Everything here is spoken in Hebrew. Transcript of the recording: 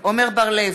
עמר בר-לב,